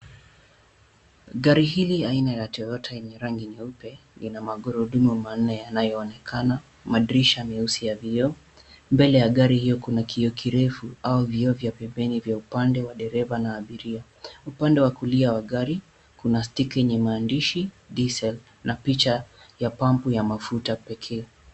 Gari hili aina ya Toyota yenye rangi nyeupe lina magurudumu manne yanayoonekana, madirisha meusi ya vioo. Mbele ya gari hiyo kuna kioo kirefu au vioo vya pembeni vya upande wa dereva na abiria. Upande wa kulia wa gari kuna stika ya maandishi diesel na picha ya pampu ya mafuta pekee.